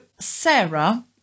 Sarah